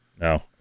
No